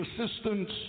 assistance